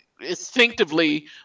instinctively